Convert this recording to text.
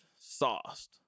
sauced